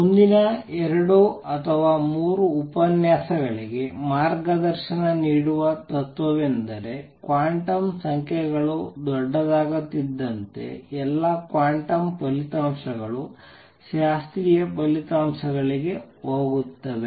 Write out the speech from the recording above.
ಮುಂದಿನ ಎರಡು ಅಥವಾ ಮೂರು ಉಪನ್ಯಾಸಗಳಿಗೆ ಮಾರ್ಗದರ್ಶನ ನೀಡುವ ತತ್ವವೆಂದರೆ ಕ್ವಾಂಟಮ್ ಸಂಖ್ಯೆಗಳು ದೊಡ್ಡದಾಗುತ್ತಿದ್ದಂತೆ ಎಲ್ಲಾ ಕ್ವಾಂಟಮ್ ಫಲಿತಾಂಶಗಳು ಶಾಸ್ತ್ರೀಯ ಫಲಿತಾಂಶಗಳಿಗೆ ಹೋಗುತ್ತವೆ